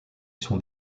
sont